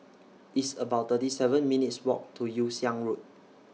It's about thirty seven minutes' Walk to Yew Siang Road